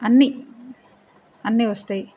అన్నీ అన్ని వస్తాయి